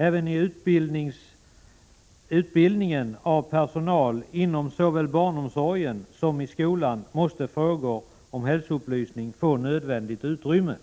Även i utbildningen av personal inom såväl barnomsorg som skola måste frågor om hälsoupplysning få nödvändigt utrymme.